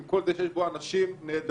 עם כל זה שיש בו אנשים נהדרים